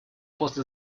после